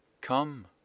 Come